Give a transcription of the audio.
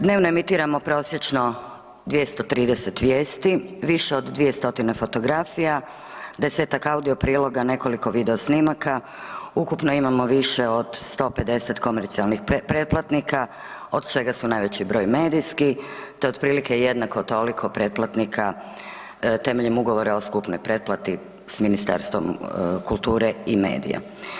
Dnevno emitiramo prosječno 230 vijesti, više od 2 stotine fotografija, 10-tak audio priloga, nekoliko videosnimaka, ukupno imamo više od 150 komercijalnih pretplatnika, od čega su najveći broj medijski te otprilike, jednako toliko pretplatnika temeljem ugovora o skupnoj pretplati s Ministarstvom kulture i medija.